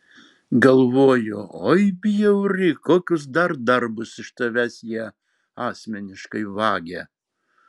galvoju oi bjauri kokius dar darbus iš tavęs jie asmeniškai vagia